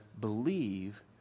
believe